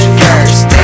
first